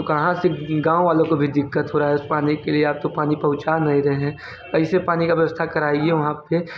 तो कहाँ से गाँव वालों को भी दिक़्क़त हो रहा है उस पानी के लिए आप तो पानी पहुँचा नहीं रहे हैं कैसे पानी का व्यवस्था कराइए वहाँ पे